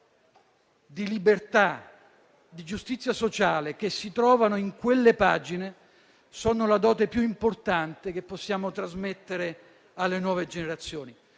di libertà, di giustizia sociale che si trovano in quelle pagine sono la dote più importante che possiamo trasmettere alle nuove generazioni,